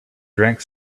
drank